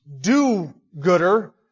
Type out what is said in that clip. do-gooder